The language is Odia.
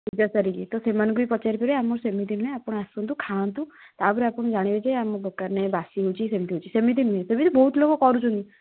ପୂଜା ସାରିକି ତ ସେମାନଙ୍କୁ ହିଁ ପଚାରିପାରିବେ ଆମର ସେମିତି ନୁହେଁ ଆପଣ ଆସନ୍ତୁ ଖାଆନ୍ତୁ ତା'ପରେ ଆପଣ ଜାଣିବେ ଯେ ଆମ ଦୋକାନରେ ବାସୀ ହେଉଛି ସେମିତି ହେଉଛି ସେମିତି ନୁହେଁ ସେମିତି ବହୁତ ଲୋକ କରୁଛନ୍ତି